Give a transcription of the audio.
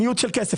ניוד של כסף.